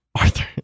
Arthur